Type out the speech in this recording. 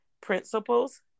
principles